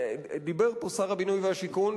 דיבר פה שר הבינוי והשיכון,